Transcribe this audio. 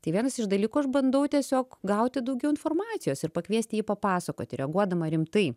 tai vienas iš dalykų aš bandau tiesiog gauti daugiau informacijos ir pakviesti jį papasakoti reaguodama rimtai